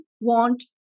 want